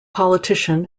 politician